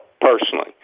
personally